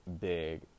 big